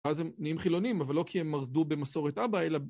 אז הם נהיים חילונים, אבל לא כי הם מרדו במסורת אבא, אלא